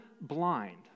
blind